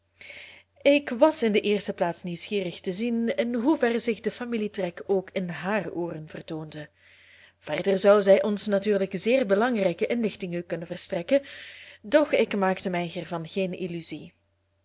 ik was in de eerste plaats nieuwsgierig te zien in hoever zich de familietrek ook in haar ooren vertoonde verder zou zij ons natuurlijk zeer belangrijke inlichtingen kunnen verstrekken doch ik maakte mij hiervan geen illusie